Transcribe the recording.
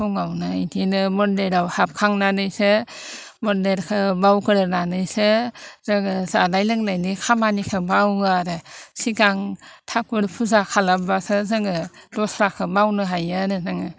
फुङावनो बेदिनो मन्दिराव हाबखांनानैसो मन्दिरखौ मावग्रोनानैसो जोङो जानाय लोंनायनि खामानिखौ मावो आरो सिगां थाखुर फुजा खालामब्लासो जोङो दस्राखो मावनो हायो आरो जोङो